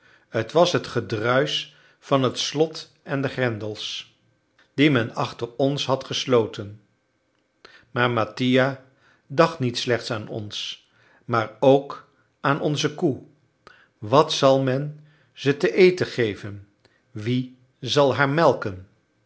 t was het gedruisch van het slot en de grendels die men achter ons had gesloten maar mattia dacht niet slechts aan ons maar ook aan onze koe wat zal men ze te eten geven wie zal haar melken